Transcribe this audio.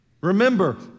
Remember